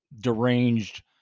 deranged